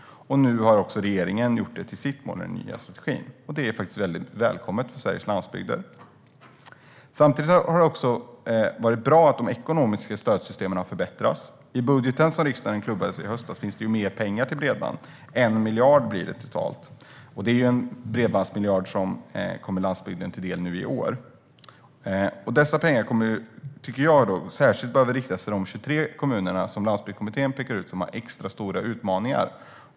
Nu har också regeringen gjort det till sitt mål i den nya strategin. Det är väldigt välkommet för Sveriges landsbygder. Samtidigt har det varit bra att de ekonomiska stödsystemen har förbättrats. I den budget som riksdagen klubbade i höstas finns det mer pengar till bredband. 1 miljard blir det totalt. Det är en bredbandsmiljard som kommer landsbygden till del nu i år. Dessa pengar tycker jag särskilt behöver riktas till de 23 kommuner med extra stora utmaningar som Landsbygdskommittén pekar ut.